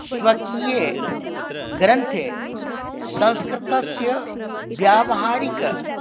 स्वकीये ग्रन्थे संस्कृतस्य व्यावहारिक